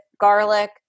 garlic